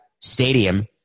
stadium